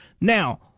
Now